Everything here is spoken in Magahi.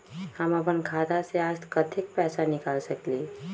हम अपन खाता से आज कतेक पैसा निकाल सकेली?